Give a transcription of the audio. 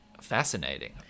fascinating